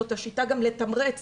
זאת השיטה גם לתמרץ